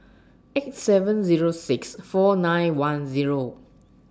eight seven Zero six four nine one Zero